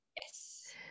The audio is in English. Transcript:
Yes